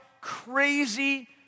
crazy